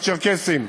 הצ'רקסיים.